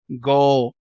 goal